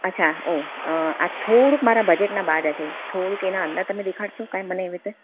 અચ્છા ઓ આ થોડુંક મારા બજેટના બહાર જશે થોડુંક એના અંદર તમે દેખાડશો કંઈ મને એવી રીતે